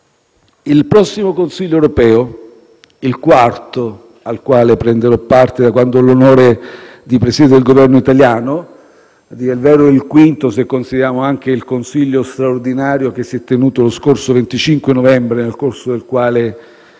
sul prossimo Consiglio europeo, che è il quarto a cui prenderò parte da quando ho l'onore di presiedere il Governo italiano e il quinto se consideriamo anche il Consiglio straordinario che si è tenuto lo scorso 25 novembre, nel corso del quale